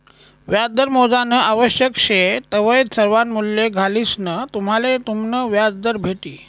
व्याजदर मोजानं आवश्यक शे तवय सर्वा मूल्ये घालिसंन तुम्हले तुमनं व्याजदर भेटी